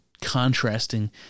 contrasting